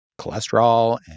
cholesterol